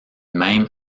même